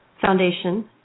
Foundation